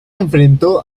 enfrentó